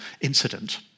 incident